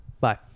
Bye